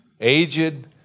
aged